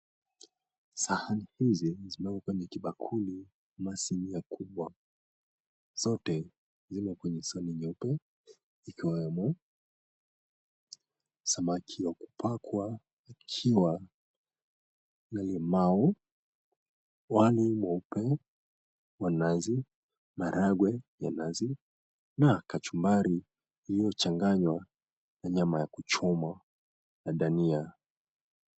Sahani hizi zimewekwa kwenye kibakuli masinia kubwa. Zote zime kwenye swali nyeupe ikiwawemo samaki wa kupakwa akiwa na limao wali mweupe wa nazi, maragwe ya nazi na kachumbari iliyochanganywa na nyama ya kuchoma na dania.